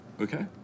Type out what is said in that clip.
Okay